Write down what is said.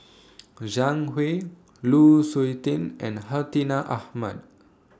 Zhang Hui Lu Suitin and Hartinah Ahmad